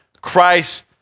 Christ